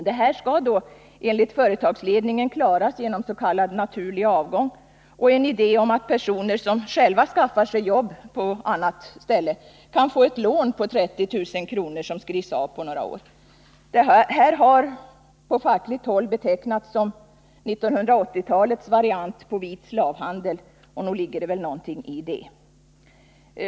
Det skall enligt företagsledningen klaras genom s.k. naturlig avgång och en idé om att personer som själva skaffar sig ett annat jobb kan få ett lån på 30 000 kr. som skrivs av på några år. Detta har på fackligt håll betecknats som 1980-talets variant av vit slavhandel, och nog ligger det någonting i det.